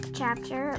chapter